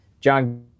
John